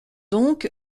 donc